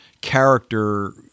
character